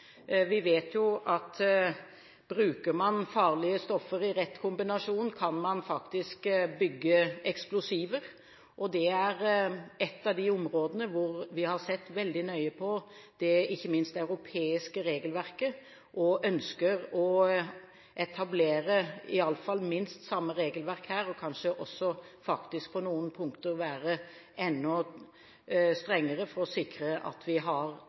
Vi vet at bruker man farlige stoffer i rett kombinasjon, kan man faktisk bygge eksplosiver. Det er ett av de områdene vi har sett veldig nøye på, ikke minst det europeiske regelverket, og vi ønsker å etablere iallfall minst samme regelverk her, og faktisk kanskje også på noen punkter være enda strengere for å sikre at vi har